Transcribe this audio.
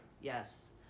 Yes